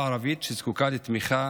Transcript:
ובפרט כלפי החברה הערבית שזקוקה לתמיכה